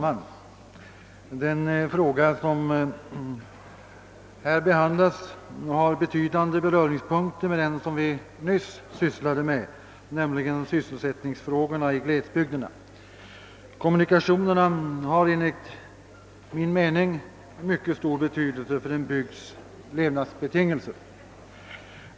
Herr talman! Denna fråga har betydande beröringspunkter med den som vi nyss behandlade, nämligen glesbygdernas sysselsättningsproblem. Kommunikationerna har enligt min mening mycket stor betydelse för en bygds livsbetingelser.